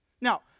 Now